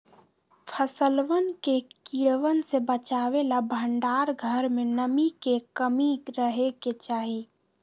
फसलवन के कीड़वन से बचावे ला भंडार घर में नमी के कमी रहे के चहि